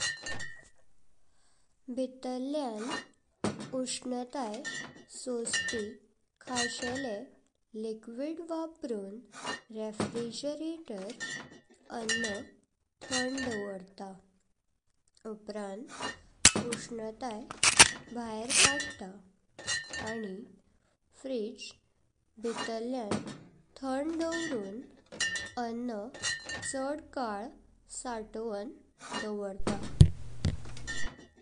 भीतळ्यां उष्णताई सोस्पी खाशेले लिक्विड वापरून रेफ्रिजरेटर अन्न थंड दावरता। उपरांत उष्णताई बायर काढता आनी फ्रिज भीतळ्यां थंड दावरून अन्न चड काल सातोवन दावरता।